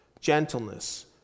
gentleness